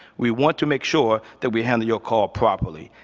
we want to make sure that we handle your call properly.